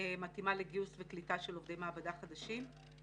מתאימה לגיוס וקליטה של עובדי מעבדה חדשים.